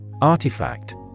Artifact